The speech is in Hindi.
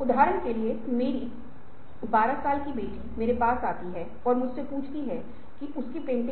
और कर्मचारियों के लिए इनाम प्रणाली भी कम होगी और संगठन मे शीर्ष प्रबंधन और कर्मचारियों के बीच पारस्परिक संघर्ष प्रबल होगा